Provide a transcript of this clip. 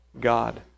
God